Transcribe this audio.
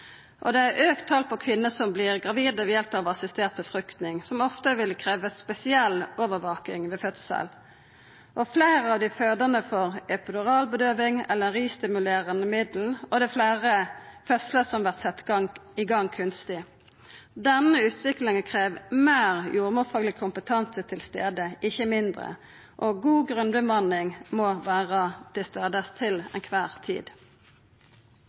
på kvinner som vert gravide ved hjelp av assistert befruktning – noko som ofte vil krevja spesiell overvaking ved fødsel – har auka. Fleire av dei fødande får epiduralbedøving eller ristimulerande middel, og det er fleire fødslar som vert sette i gang kunstig. Denne utviklinga krev at meir jordmorfagleg kompetanse er til stades, ikkje mindre, og god grunnbemanning må vera til stades til kvar tid.